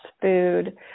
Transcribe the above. food